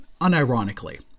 unironically